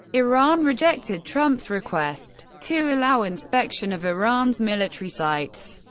iran rejected trump's request to allow inspection of iran's military sites.